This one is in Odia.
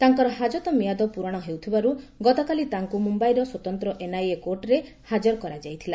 ତାଙ୍କର ହାକତ ମିଆଦ ପୂରଣ ହେଉଥିବାରୁ ଗତକାଲି ତାଙ୍କୁ ମୁମ୍ୟାଇର ସ୍ୱତନ୍ତ୍ର ଏନଆଇଏ କୋର୍ଟରେ ହାଜର କରାଯାଇଥିଲା